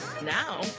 Now